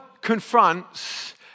confronts